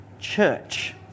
church